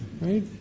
right